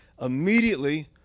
Immediately